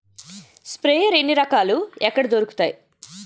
Sprayer ఎన్ని రకాలు? ఎక్కడ దొరుకుతాయి?